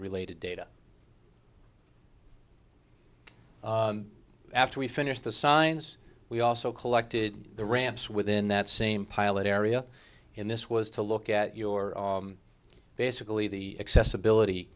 related data after we finished the signs we also collected the ramps within that same pilot area in this was to look at your basically the accessibility